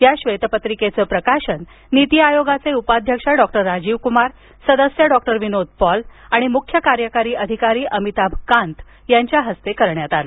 या ब्वेतपत्रीकेच प्रकाशन नीती आयोगाचे उपाध्यक्ष डॉक्टर राजीवकुमार सदस्य डॉक्टर विनोद पौल आणि मुख्य कार्यकारी अधिकारी अमिताभ कांत यांच्या हस्ते करण्यात आल